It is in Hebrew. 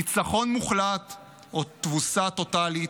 ניצחון מוחלט או תבוסה טוטאלית,